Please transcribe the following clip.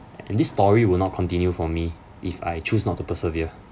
and this story will not continue for me if I choose not to persevere